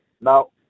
now